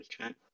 Okay